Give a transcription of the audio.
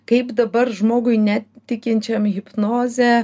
kaip dabar žmogui netikinčiam hipnoze